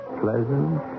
pleasant